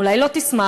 אולי לא תשמח,